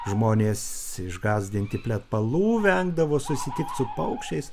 žmonės išgąsdinti plepalų vengdavo susitikt su paukščiais